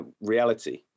reality